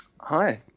Hi